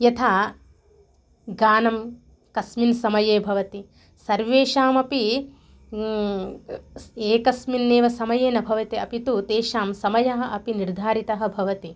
यथा गानं कस्मिन् समये भवति सर्वेषामपि एकस्मिन्नेव समये न भवति अपि तु तेषां समयः अपि निर्धारितः भवति